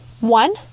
One